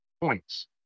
points